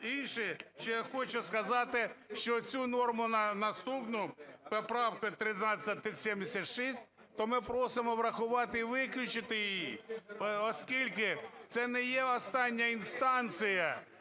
інше, що я хочу сказати, що цю норму наступну, правку 1376, то ми просимо врахувати і виключити її, оскільки це не є остання інстанція,